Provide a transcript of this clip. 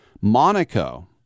Monaco